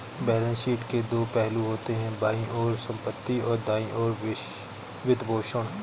balance sheet के दो पहलू होते हैं, बाईं ओर संपत्ति, और दाईं ओर वित्तपोषण